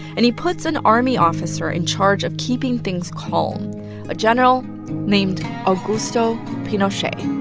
and he puts an army officer in charge of keeping things calm a general named augusto pinochet